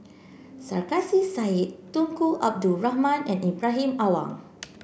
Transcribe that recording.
Sarkasi Said Tunku Abdul Rahman and Ibrahim Awang